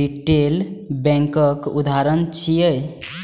retail बैंकक उदाहरण छियै